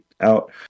out